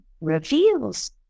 reveals